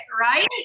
Right